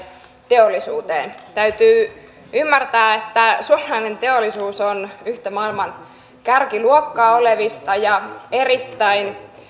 teollisuuteen täytyy ymmärtää että suomalainen teollisuus on yksi maailman kärkiluokkaa olevista ja erittäin